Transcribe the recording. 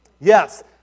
Yes